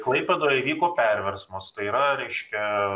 klaipėdoj įvyko perversmas tai yra reiškia